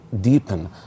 deepen